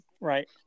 Right